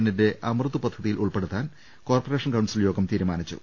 ന്റെ അമൃത്ചപദ്ധതിയിലുൾപ്പെടുത്താൻ corporation council യോഗം തീരുമാനിച്ചു